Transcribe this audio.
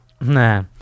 Nah